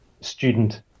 student